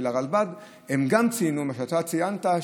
הרלב"ד גם ציינו את מה שאתה ציינת,